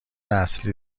اصلی